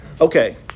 Okay